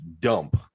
dump